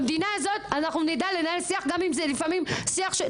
במדינה הזו נדע לנהל שיח גם אם זה שיח קשה.